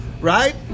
right